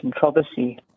controversy